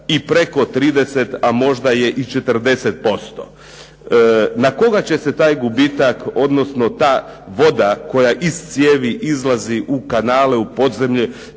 i preko 30, a možda je i 40%. Na koga će se taj gubitak, odnosno ta voda koja iz cijevi izlazi u kanale, u podzemlje